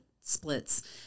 splits